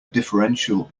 differential